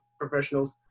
professionals